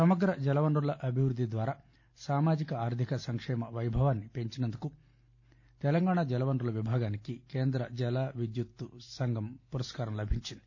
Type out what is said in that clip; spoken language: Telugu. సమగ్ర జలవనరుల అభివృద్ధి ద్వారా సామాజిక ఆర్ధిక సంకేమ పైభవాన్ని పెంచినందుకు గాను తెలంగాణ జలవనరుల విభాగానికి కేంద్ర జల విద్యుత్ సంఘం పురస్కారం లభించింది